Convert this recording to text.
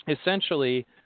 essentially